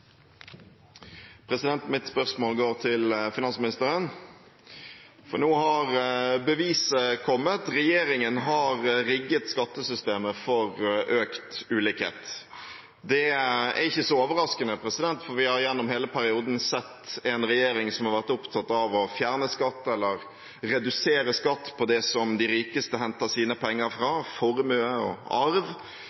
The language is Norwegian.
Mitt spørsmål går til finansministeren. Nå har beviset kommet. Regjeringen har rigget skattesystemet for økt ulikhet. Det er ikke så overraskende, for vi har gjennom hele perioden sett en regjering som har vært opptatt av å fjerne skatt eller redusere skatt på det som de rikeste henter sine penger fra,